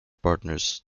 partners